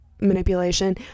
Manipulation